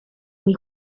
mój